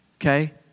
okay